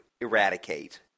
eradicate